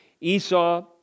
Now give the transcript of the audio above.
Esau